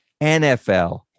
NFL